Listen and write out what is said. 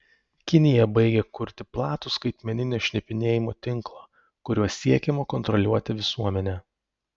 kinija baigia kurti platų skaitmeninio šnipinėjimo tinklą kuriuo siekiama kontroliuoti visuomenę